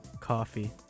coffee